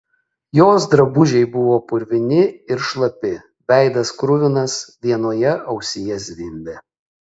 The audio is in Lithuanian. jos drabužiai buvo purvini ir šlapi veidas kruvinas vienoje ausyje zvimbė